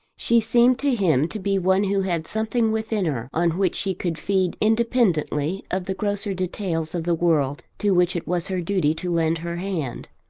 she seemed to him to be one who had something within her on which she could feed independently of the grosser details of the world to which it was her duty to lend her hand.